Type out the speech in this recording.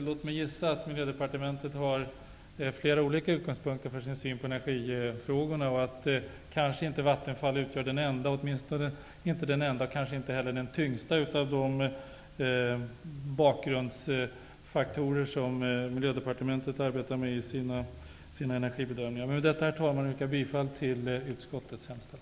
Låt mig gissa att Miljödepartementet har flera olika utgångspunkter för sin syn på energifrågorna och att Vattenfall kanske inte utgör den enda och kanske inte heller den tyngsta av de bakgrundsfaktorer som Miljödepartementet arbetar med i sina energibedömningar. Med detta, herr talman, yrkar jag bifall till utskottets hemställan.